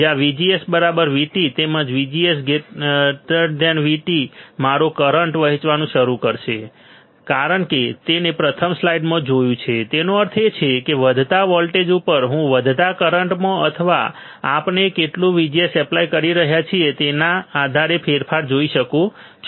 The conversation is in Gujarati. જ્યાં VGS VT તેમજ VGS VT મારો કરંટ વહેવાનું શરૂ કરી શકે છે આપણે તેને પ્રથમ સ્લાઇડમાં જોયું છે તેનો અર્થ એ કે વધતા વોલ્ટેજ ઉપર હું વધતા કરંટમાં અથવા આપણે કેટલું VGS એપ્લાય કરી રહ્યા છીએ તેના આધારે ફેરફાર જોઈ શકું છું